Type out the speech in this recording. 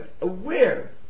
aware